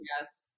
yes